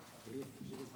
לברך